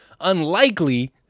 unlikely